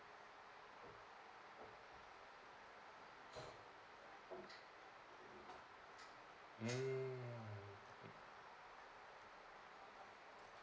mm